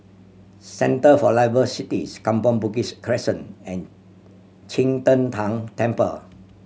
Centre for Liveable Cities Kampong Bugis Crescent and Qing De Tang Temple